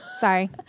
Sorry